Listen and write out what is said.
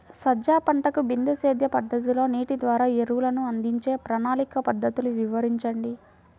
సజ్జ పంటకు బిందు సేద్య పద్ధతిలో నీటి ద్వారా ఎరువులను అందించే ప్రణాళిక పద్ధతులు వివరించండి?